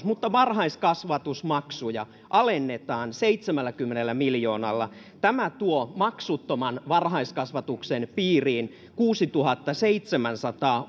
mutta varhaiskasvatusmaksuja alennetaan seitsemälläkymmenellä miljoonalla tämä tuo maksuttoman varhaiskasvatuksen piiriin kuusituhattaseitsemänsataa